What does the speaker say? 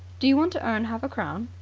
do you want to earn half a crown?